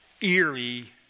eerie